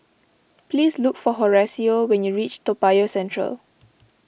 please look for Horacio when you reach Toa Payoh Central